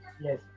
Yes